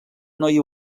noia